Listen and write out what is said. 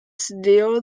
still